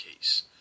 case